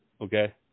Okay